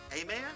Amen